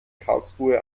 karlsruhe